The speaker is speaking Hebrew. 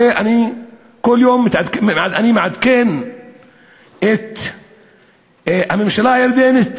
הרי אני כל יום מעדכן את הממשלה הירדנית,